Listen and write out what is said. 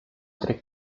tre